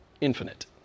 infinite